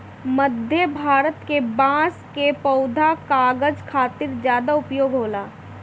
मध्य भारत के बांस कअ पौधा कागज खातिर ज्यादा उपयोग होला